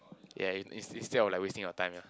ya in in~ instead of like wasting your time yeah